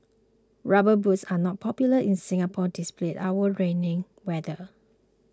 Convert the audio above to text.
rubber boots are not popular in Singapore despite our rainy weather